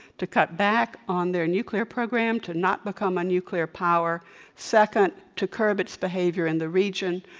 to cut back on their nuclear program, to not become a nuclear power second, to curb its behavior in the region,